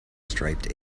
striped